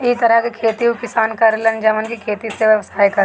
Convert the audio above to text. इ तरह के खेती उ किसान करे लन जवन की खेती से व्यवसाय करेले